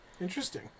Interesting